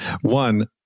one